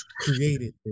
created